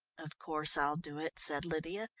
of course i'll do it, said lydia.